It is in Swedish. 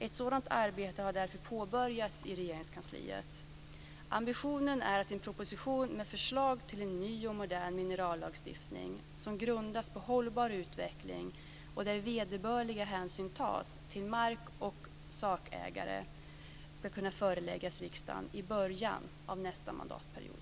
Ett sådant arbete har därför påbörjats i Regeringskansliet. Ambitionen är att en proposition med förslag till en ny och modern minerallagstiftning, som grundas på hållbar utveckling och där vederbörliga hänsyn tas till mark och sakägare, ska kunna föreläggas riksdagen i början av nästa mandatperiod.